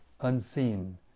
unseen